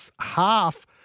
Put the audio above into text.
half